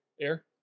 Air